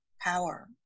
power